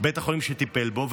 בבית החולים שטיפל בו.